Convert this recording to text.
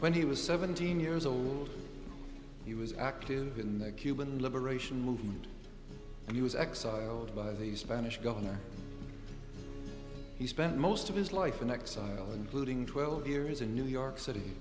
when he was seventeen years old he was active in the cuban liberation movement he was exiled by the spanish government he spent most of his life in exile and looting twelve years in new york city